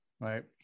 right